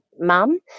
mum